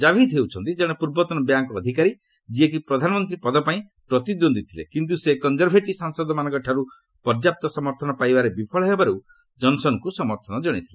କାଭିଦ୍ ହେଉଛନ୍ତି କଣେ ପୂର୍ବତନ ବ୍ୟାଙ୍କ୍ ଅଧିକାରୀ ଯିଏକି ପ୍ରଧାନମନ୍ତ୍ରୀ ପଦ ପାଇଁ ପ୍ରତିଦ୍ୱନ୍ଦ୍ୱୀ ଥିଲେ କିନ୍ତୁ ସେ କନ୍ଜରଭେଟିଭ୍ ସାଂସଦମାନଙ୍କଠାରୁ ପର୍ଯ୍ୟାପ୍ତ ସମର୍ଥନ ପାଇବାରେ ବିଫଳ ହେବା ପରେ ଜନସନ୍ଙ୍କୁ ସମର୍ଥନ କଶାଇଥିଲେ